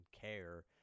care